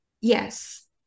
Yes